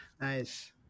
Nice